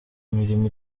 imirimo